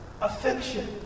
affection